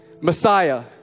Messiah